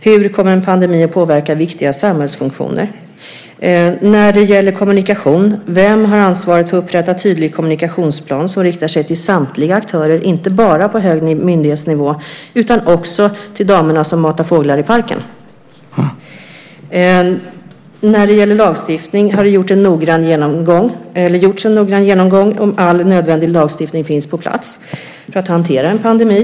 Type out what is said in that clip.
Hur kommer en pandemi att påverka viktiga samhällsfunktioner? När det gäller kommunikation: Vem har ansvaret för att upprätta en tydlig kommunikationsplan som riktar sig till samtliga aktörer, inte bara på hög myndighetsnivå utan också till damerna som matar fåglar i parken? När det gäller lagstiftning: Har det gjorts en noggrann genomgång om huruvida all nödvändig lagstiftning finns på plats för att hantera en pandemi?